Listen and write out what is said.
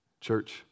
Church